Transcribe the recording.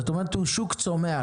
הוא שוק צומח,